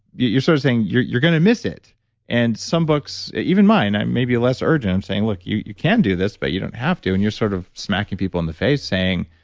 you're sort of saying you're you're going to miss it and some books, even mine, i'm maybe less urgent, i'm saying, look, you you can do this but you don't have to. and you're sort of smacking people in the face saying,